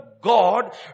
God